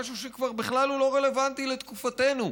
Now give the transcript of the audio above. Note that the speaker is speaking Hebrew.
משהו שכבר בכלל לא רלוונטי לתקופתנו.